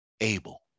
Abel